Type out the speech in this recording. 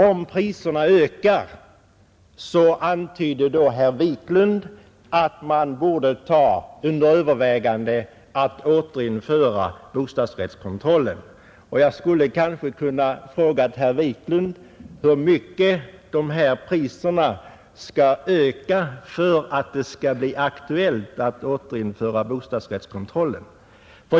Om priserna ökar, antydde herr Wiklund, borde man ta under övervägande att återinföra bostadsrättskontrollen. Jag skulle kunna fråga herr Wiklund hur mycket priserna skall stiga för att det skall bli aktuellt att återinföra bostadsrättskontrollen.